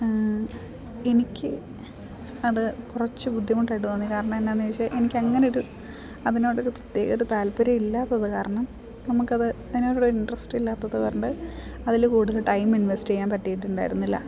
എനിക്ക് അത് കുറച്ച് ബുദ്ധിമുട്ടായിട്ട് തോന്നി കാരണം എന്താണെന്ന് ചോദിച്ചാൽ എനിക്കങ്ങനെ ഒരു അതിനോടൊരു പ്രത്യേക ഒരു താല്പര്യം ഇല്ലാത്തത് കാരണം നമുക്കത് അതിനോടൊരു ഇൻട്രസ്റ്റ് ഇല്ലാത്തത് കൊണ്ട് അതിൽ കൂടുതൽ ടൈം ഇൻവെസ്റ്റ് ചെയ്യാൻ പറ്റിയിട്ടുണ്ടായിരുന്നില്ല